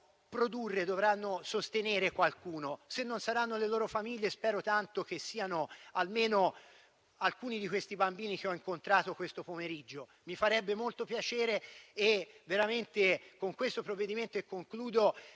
produrre e sostenere qualcuno. Se non saranno le loro famiglie, spero tanto che siano almeno alcuni di questi bambini che ho incontrato questo pomeriggio. Mi farebbe molto piacere. In conclusione, signor Presidente, con